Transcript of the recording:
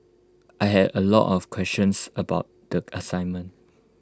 I had A lot of questions about the assignment